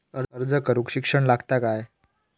अर्ज करूक शिक्षण लागता काय?